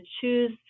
choose